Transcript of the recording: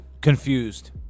confused